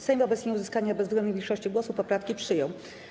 Sejm wobec nieuzyskania bezwzględnej większości głosów poprawki przyjął.